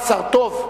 בעד, 17, טו"ב,